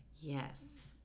Yes